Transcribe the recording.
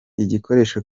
igikoresho